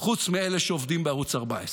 חוץ מאלה שעובדים בערוץ 14,